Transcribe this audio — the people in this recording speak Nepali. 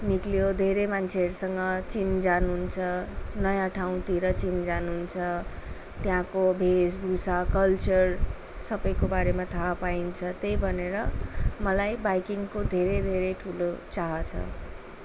निस्कियो धेरै मान्छेहरूसँग चिनजान हुन्छ नयाँ ठाउँतिर चिनजान हुन्छ त्यहाँको वेशभूषा कल्चर सबैको बारेमा थाहा पाइन्छ त्यही भनेर मलाई बाइकिङको धेरै धेरै ठुलो चाह छ